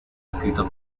escrito